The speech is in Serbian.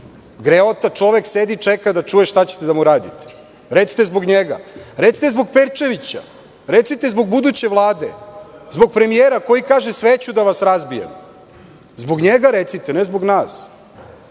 Greota, čovek sedi i čeka da čuje šta ćete da mu radite. Recite zbog njega. Recite zbog Perčevića. Recite zbog buduće Vlade, zbog premijera koji kaže – sve ću da vas razbijem. Zbog njega recite, a ne zbog nas.